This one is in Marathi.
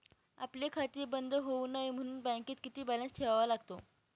आपले खाते बंद होऊ नये म्हणून बँकेत किती बॅलन्स ठेवावा लागतो?